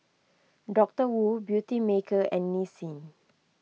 Doctor Wu Beautymaker and Nissin